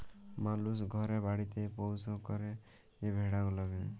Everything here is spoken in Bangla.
মালুস ঘরে বাড়িতে পৌষ্য ক্যরে যে ভেড়া গুলাকে